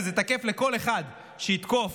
וזה תקף לכל אחד שיתקוף